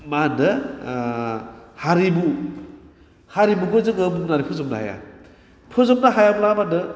मा होनदों हारिमु हारिमुखौ जोङो बुंनानै फोजोबनो हाया फोजोबनो हायाब्ला मा होनदों